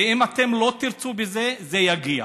ואם אתם לא תרצו בזה, זה יגיע